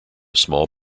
small